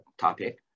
topic